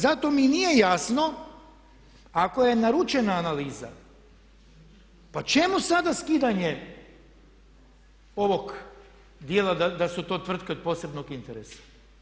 Zato mi i nije jasno ako je naručena analiza, pa čemu sada skidanje ovog dijela da su to tvrtke od posebnog interesa.